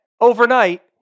Overnight